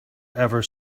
ever